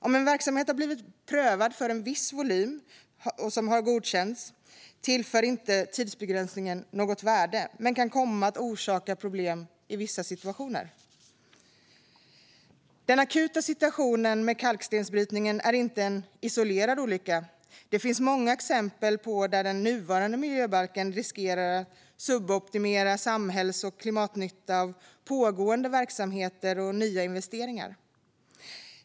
Om en verksamhet har blivit prövad för en viss volym som godkänts tillför inte tidsbegränsningen något värde, men den kan komma att orsaka problem i vissa situationer. Den akuta situationen med kalkstensbrytningen är inte en isolerad olycka. Det finns många exempel där den nuvarande miljöbalken riskerar att suboptimera samhälls och klimatnytta av pågående verksamheter och nya investeringar.